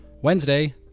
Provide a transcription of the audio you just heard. Wednesday